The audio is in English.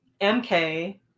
MK